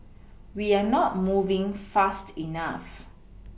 we are not moving fast enough